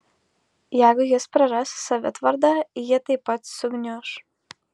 jeigu jis praras savitvardą ji taip pat sugniuš